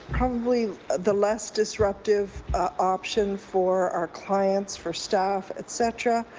probably the less disruptive option for our clients, for staff, et cetera.